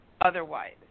otherwise